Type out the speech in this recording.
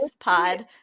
pod